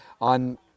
on